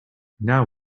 now